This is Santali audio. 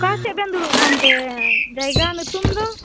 ᱚᱠᱟᱥᱮᱫ ᱵᱮᱱ ᱫᱩᱲᱩᱵ ᱟᱠᱟᱱᱛᱮ ᱡᱟᱭᱜᱟ ᱧᱩᱛᱩᱢ ᱫᱚ